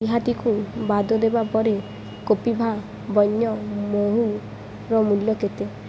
ରିହାତିକୁ ବାଦ୍ ଦେବା ପରେ କପିଭା ବନ୍ୟ ମହୁର ମୂଲ୍ୟ କେତେ